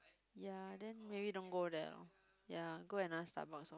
ya then maybe don't go there ah ya go another Starbucks lor